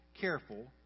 careful